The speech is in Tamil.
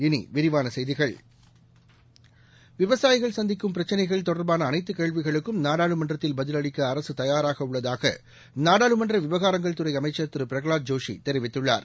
இனிவிரிவானசெய்திகள் விவசாயிகள் சந்திக்கும் பிரச்சினைகள் தொடர்பானஅனைத்தகேள்விகளுக்கும் நாடாளுமன்றத்தில் பதிலளிக்கஅரசுதயாராகஉள்ளதாகநாடாளுமன்றவிவகாரங்கள் துறைஅமைச்சர் திருபிரஹலாத் ஜோஷிதெரிவித்துள்ளார்